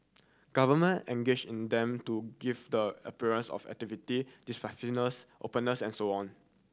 government engage in them to give the appearance of activity decisiveness openness and so on